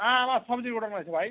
হ্যাঁ আমার সবজির গোডাউন আছে ভাই